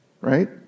right